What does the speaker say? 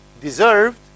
deserved